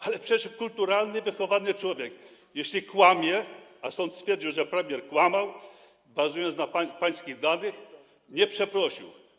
Ale przecież kulturalnie wychowany człowiek, jeśli kłamie, a sąd stwierdził, że premier kłamał, bazując na pańskich danych... nie przeprosił.